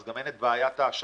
אז גם אין את בעיית האשראי.